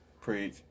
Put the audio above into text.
Preach